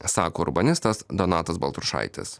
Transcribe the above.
sako urbanistas donatas baltrušaitis